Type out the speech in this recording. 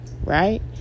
Right